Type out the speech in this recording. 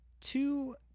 two